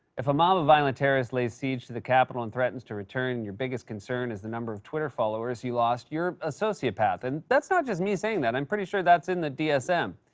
if a mob of violent terrorists lays siege to the capitol and threatens to return, and your biggest concern is the number of twitter followers you lost, you're a sociopath. and that's not just me saying that. i'm pretty sure that's in the dsm.